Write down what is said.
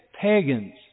pagans